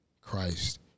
Christ